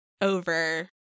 over